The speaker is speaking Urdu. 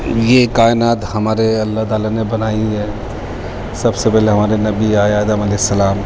یہ کائنات ہمارے اللہ تعالیٰ نے بنائی ہے سب سے پہلے ہمارے نبی آئے آدم علیہ السلام